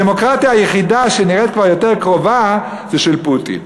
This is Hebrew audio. הדמוקרטיה היחידה שנראית כבר יותר קרובה היא זו של פוטין.